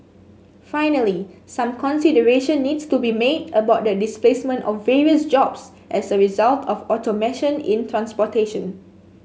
finally some consideration needs to be made about the displacement of various jobs as a result of automation in transportation